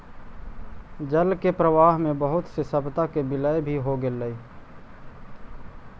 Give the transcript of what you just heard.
जल के प्रवाह में बहुत से सभ्यता के विलय भी हो गेलई